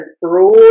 broad